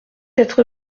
être